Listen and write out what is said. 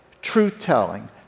truth-telling